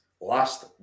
last